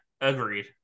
Agreed